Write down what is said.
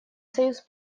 союз